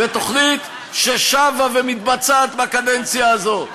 ותוכנית ששבה ומתבצעת בקדנציה הזאת.